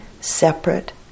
separate